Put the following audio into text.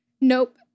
nope